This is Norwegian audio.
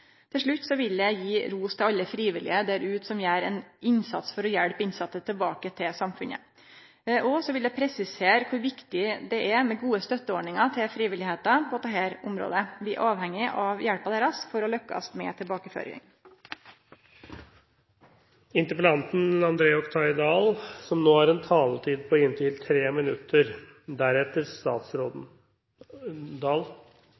Til slutt vil eg gje ros til alle frivillige der ute som gjer ein innsats for å hjelpe innsette tilbake til samfunnet. Eg vil òg presisere kor viktig det er med gode støtteordningar for frivilligheita på dette området. Vi er avhengige av hjelpa deira for å kunne lukkast med